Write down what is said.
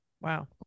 Wow